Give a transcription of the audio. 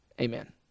Amen